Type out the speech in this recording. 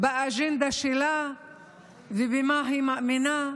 באג'נדה שלה ובמה שהיא מאמינה,